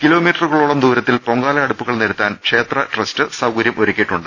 കിലോമീറ്ററുക ളോളം ദൂരത്തിൽ പൊങ്കാല അടുപ്പുകൾ നിരത്താൻ ക്ഷേത്ര ട്രസ്റ്റ് സൌകര്യം ഒരുക്കിയിട്ടുണ്ട്